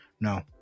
no